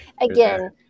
again